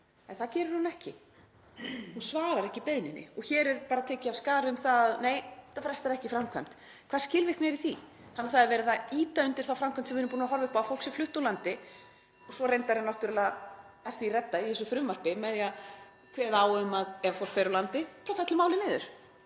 En það gerir hún ekki, hún svarar ekki beiðninni. Og hér er bara tekið af skarið um það: Nei, það frestar ekki framkvæmd. Hvaða skilvirkni er í því? Þannig að það er verið að ýta undir þá framkvæmd sem við erum búin að horfa upp á, að fólk sé flutt úr landi. Og svo er því náttúrlega reddað í þessu frumvarpi með því að kveða á um að ef fólk fer úr landi þá fellur málið niður.